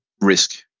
risk